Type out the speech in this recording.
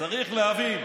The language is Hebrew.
צריך להבין,